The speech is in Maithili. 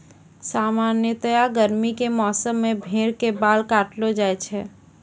सामान्यतया गर्मी के मौसम मॅ भेड़ के बाल काटलो जाय छै